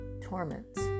torments